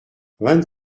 vingt